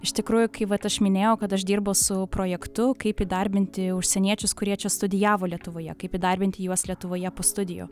iš tikrųjų kai vat aš minėjau kad aš dirbu su projektu kaip įdarbinti užsieniečius kurie čia studijavo lietuvoje kaip įdarbinti juos lietuvoje po studijų